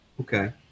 Okay